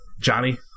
Johnny